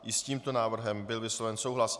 I s tímto návrhem byl vysloven souhlas.